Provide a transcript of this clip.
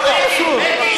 מה זה קשור, אבל?